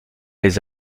les